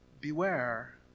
Beware